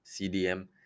CDM